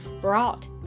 brought